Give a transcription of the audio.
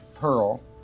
Pearl